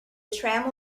tram